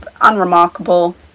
unremarkable